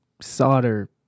solder